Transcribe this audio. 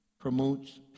promotes